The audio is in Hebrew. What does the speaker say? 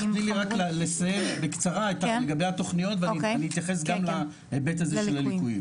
תני לי רק לסיים בקצרה לגבי התכניות ואני אתייחס גם להיבט של הליקויים.